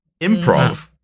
improv